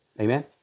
Amen